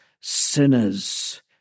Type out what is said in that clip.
sinners